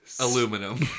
Aluminum